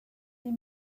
they